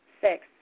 six